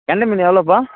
கெண்டைமீனு எவ்வளோப்பா